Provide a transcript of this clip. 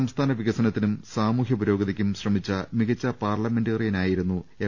സംസ്ഥാന വികസനത്തിനും സാമൂഹൃ പുരോഗതിക്കും ശ്രമിച്ച മികച്ച പാർലമെന്റേറിയനായിരുന്നു എം